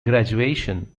graduation